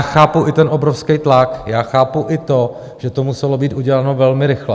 Chápu i ten obrovský tlak, chápu i to, že to muselo být uděláno velmi rychle.